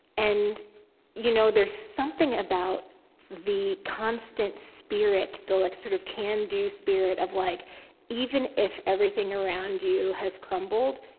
and you know there's something about the constant spirit, the like sort of can-do spirit of like even if everything around you has crumbled,